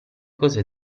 cose